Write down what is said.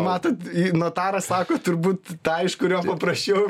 matot notaras sako turbūt aišku yra paprasčiau